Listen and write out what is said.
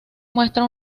muestra